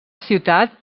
ciutat